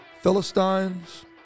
Philistines